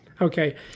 Okay